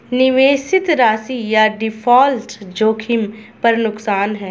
निवेशित राशि या डिफ़ॉल्ट जोखिम पर नुकसान है